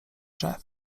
drzew